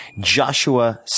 Joshua